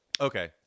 okay